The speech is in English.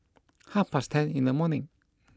half past ten in the morning